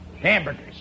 Hamburgers